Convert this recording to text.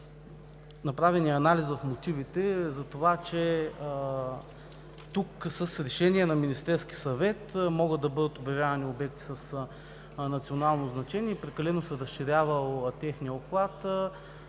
направения анализ в мотивите за това, че тук с решение на Министерския съвет могат да бъдат обявявани обектите с национално значение и прекалено се разширявал техният обхват,